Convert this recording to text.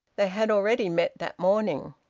they had already met that morning.